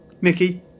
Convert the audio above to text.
Nicky